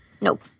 nope